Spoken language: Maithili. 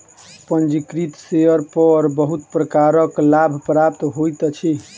पंजीकृत शेयर पर बहुत प्रकारक लाभ प्राप्त होइत अछि